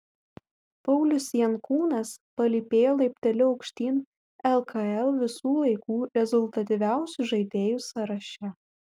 paulius jankūnas palypėjo laipteliu aukštyn lkl visų laikų rezultatyviausių žaidėjų sąraše